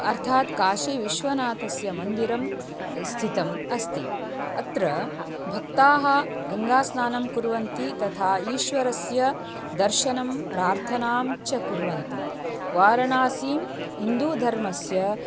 अर्थात् काशीविश्वनाथस्य मन्दिरं स्थितम् अस्ति अत्र भक्ताः गङ्गास्नानं कुर्वन्ति तथा ईश्वरस्य दर्शनं प्रार्थनां च कुर्वन्ति वारणासीं हिन्दुधर्मस्य